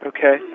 Okay